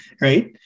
right